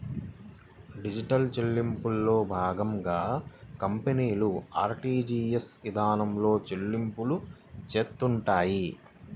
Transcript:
digital చెల్లింపుల్లో భాగంగా కంపెనీలు ఆర్టీజీయస్ ఇదానంలో చెల్లింపులు చేత్తుంటాయి